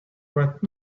right